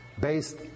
based